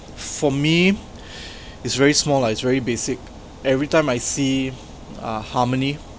for me it's very small lah it's very basic every time I see uh harmony